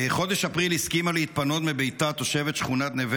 בחודש אפריל הסכימה להתפנות מביתה תושבת שכונת נווה